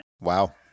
Wow